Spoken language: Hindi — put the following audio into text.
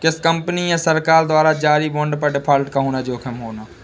किसी कंपनी या सरकार द्वारा जारी बांड पर डिफ़ॉल्ट का जोखिम होना